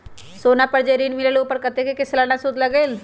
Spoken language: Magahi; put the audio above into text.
सोना पर जे ऋन मिलेलु ओपर कतेक के सालाना सुद लगेल?